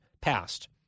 passed